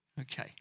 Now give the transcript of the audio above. Okay